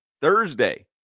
Thursday